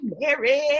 married